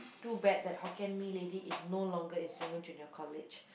too bad that Hokkien-Mee lady is no longer at Serangoon Junior-College